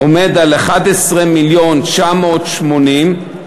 עומד על 11,980 מיליון,